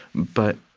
but